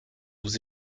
vous